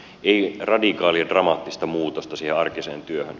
ei radikaalia dramaattista muutosta siihen arkiseen työhön